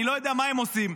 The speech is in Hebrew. אני לא יודע מה הם עושים,